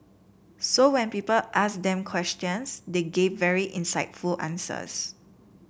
so when people asked them questions they gave very insightful answers